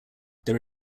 there